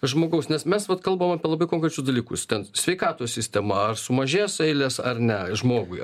žmogaus nes mes kalbam apie labai konkrečius dalykus ten sveikatos sistema ar sumažės eilės ar ne žmogui